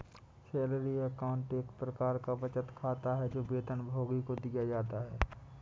salary account एक प्रकार का बचत खाता है, जो वेतनभोगी को दिया जाता है